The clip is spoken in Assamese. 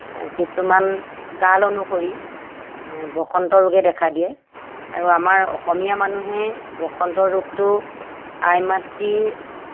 কিছুমান কাল অনুসৰি এ বসন্ত ৰোগে দেখা দিয়ে আৰু আমাৰ অসমীয়া মানুহে বসন্ত ৰোগটো আই মাতৃৰ